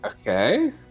okay